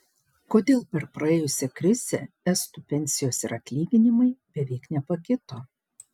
kodėl per praėjusią krizę estų pensijos ir atlyginimai beveik nepakito